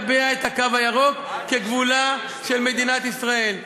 הוא רצה לקבע את הקו הירוק כגבולה של מדינת ישראל.